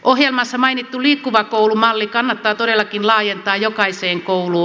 ohjelmassa mainittu liikkuva koulu malli kannattaa todellakin laajentaa jokaiseen kouluun